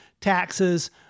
taxes